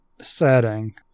setting